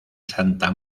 santa